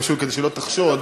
פשוט כדי שלא תחשוב.